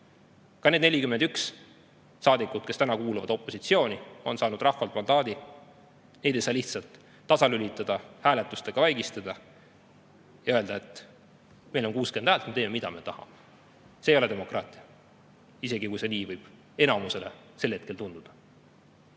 Ka need 41 saadikut, kes kuuluvad opositsiooni, on saanud rahvalt mandaadi. Neid ei saa lihtsalt tasalülitada ja hääletustega vaigistada ning öelda, et meil on 60 häält, me teeme, mida me tahame. See ei ole demokraatia, isegi kui see võib enamusele sel hetkel nii tunduda.